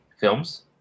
films